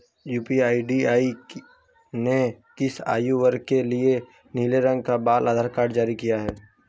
UIDAI ने किस आयु वर्ग के लिए नीले रंग का बाल आधार कार्ड जारी किया है?